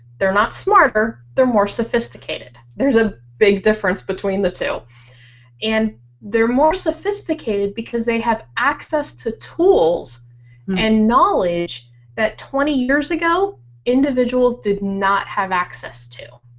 they're not smarter, they're more sophisticated. there's a big difference between the two and they're more sophisticated because they have access to tools and knowledge at twenty years ago individuals did not have access to.